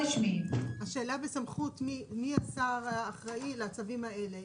השאלה מי השר האחראי לצווים האלה.